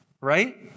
Right